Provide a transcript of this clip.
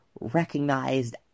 recognized